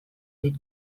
dit